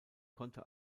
konnte